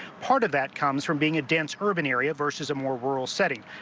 part of that comes from being a dense urban area versus a more rural setting.